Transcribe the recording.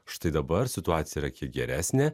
štai dabar situacija yra kiek geresnė